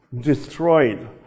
destroyed